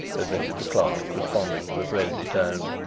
admitted the clerk, responding to the friendly tone.